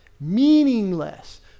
Meaningless